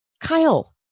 kyle